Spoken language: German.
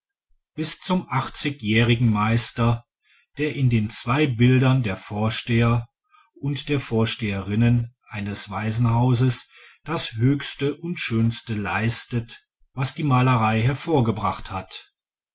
bis zum achtzigjährigen meister der in den zwei bildern der vorsteher und der vorsteherinnen eines waisenhauses das höchste und schönste leistet was die malerei hervorgebracht hat